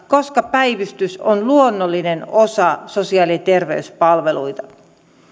koska päivystys on luonnollinen osa sosiaali ja terveyspalveluita